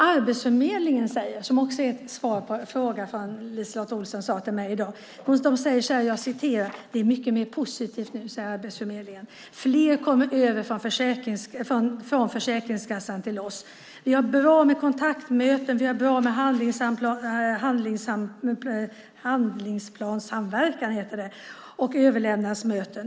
LiseLotte Olsson har också frågat mig vad Arbetsförmedlingen säger. De säger att det är mycket mer positivt nu. Fler kommer över från Försäkringskassan till oss. Vi har bra med kontaktmöten. Vi har bra med handlingsplanssamverkan och överlämningsmöten.